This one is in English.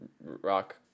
rock